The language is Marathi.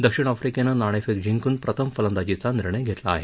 दक्षिण आफ्रीकेनं नाणेफेक जिंकून प्रथम फलंदाजीचा निर्णय घेतला आहे